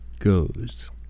goes